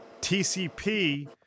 TCP